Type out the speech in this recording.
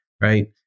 right